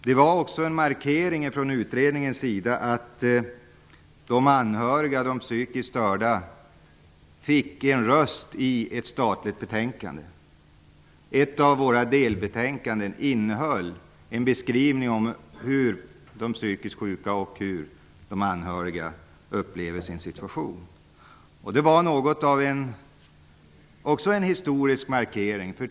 Det var också en markering från utredningens sida att de anhöriga och de psykiskt störda fick en röst i ett statligt betänkande. Ett av våra delbetänkanden innehöll en beskrivning av hur de psykiskt sjuka och de anhöriga upplever sin situation. Det var också något av en historisk markering.